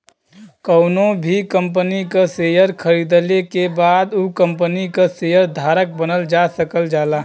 कउनो भी कंपनी क शेयर खरीदले के बाद उ कम्पनी क शेयर धारक बनल जा सकल जाला